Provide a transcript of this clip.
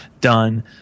done